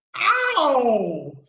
ow